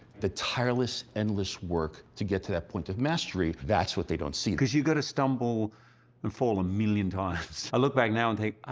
the tireless, endless work to get to that point of mastery, that's what they don't see. because you got to stumble and fall a million times. i look back now and think, oh,